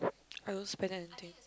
I don't spend anything